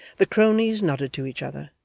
the cronies nodded to each other,